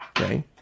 okay